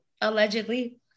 allegedly